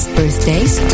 birthdays